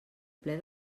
ple